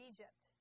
Egypt